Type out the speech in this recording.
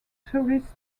tourist